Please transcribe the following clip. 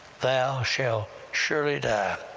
thou shalt surely die.